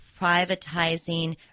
privatizing